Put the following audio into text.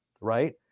right